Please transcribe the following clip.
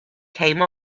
came